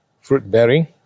fruit-bearing